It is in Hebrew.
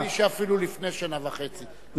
אני חושב שאפילו לפני שנה וחצי,